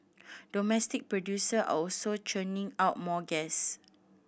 domestic producer are also churning out more gas